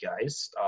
guys